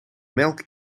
melk